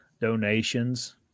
donations